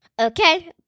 Okay